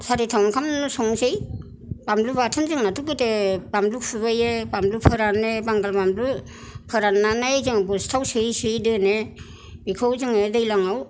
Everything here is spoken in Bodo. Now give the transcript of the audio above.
सारिथायाव ओंखाम संसै बानलु बाथोन जोंनाथ' गोदो बानलु खुबैयो बानलु फोरानो बांगाल बानलु फोराननानै जों बस्थायाव सोयै सोयै दोनो बेखौ जोङो दैलाङाव